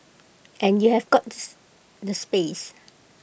and have got this the space